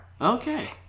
Okay